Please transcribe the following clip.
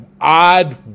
odd